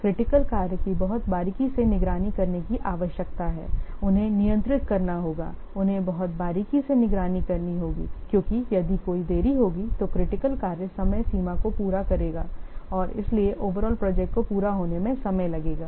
critical कार्य की बहुत बारीकी से निगरानी करने की आवश्यकता है उन्हें नियंत्रित करना होगा उन्हें बहुत बारीकी से निगरानी करनी होगी क्योंकि यदि कोई देरी होगी तो क्रिटिकल कार्य समय सीमा को पूरा करेगा और इसलिए ओवरऑल प्रोजेक्ट को पूरा होने में समय लगेगा